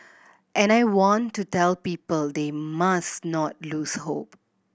and I want to tell people they must not lose hope